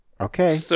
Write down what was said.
okay